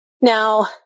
Now